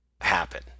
happen